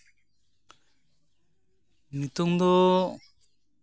ᱱᱤᱛᱳᱜ ᱫᱚ